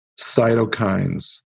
cytokines